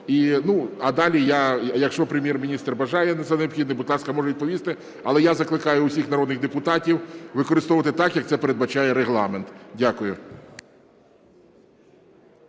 А далі я, якщо Прем'єр-міністр вважає за необхідне, будь ласка, може відповісти. Але я закликаю усіх народних депутатів використовувати так, як це передбачає Регламент. Дякую.